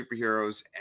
Superheroes